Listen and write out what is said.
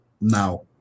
Now